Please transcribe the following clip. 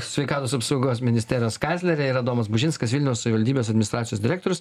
sveikatos apsaugos ministerijos kanclerė ir adomas bužinskas vilniaus savivaldybės administracijos direktorius